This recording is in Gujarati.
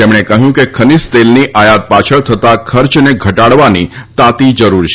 તેમણે કહ્યું કે ખનીજ તેલની આયાત પાછળ થતાં ખર્ચને ઘટાડવાની તાતી જરૂર છે